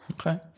Okay